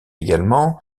également